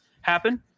happen